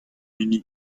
hini